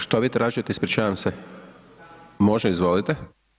Što vi tražite ispričavam se? [[Upadica: Stanku.]] Može, izvolite.